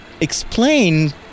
explain